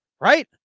Right